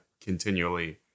continually